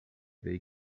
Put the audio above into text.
they